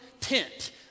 tent